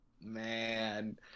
Man